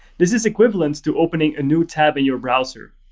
this is equivalent to opening a new tab in your browser.